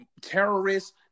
terrorists